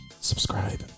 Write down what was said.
Subscribe